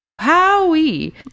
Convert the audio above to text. Howie